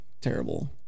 Terrible